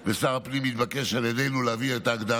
ושר הפנים התבקש על ידינו להביא את ההגדרה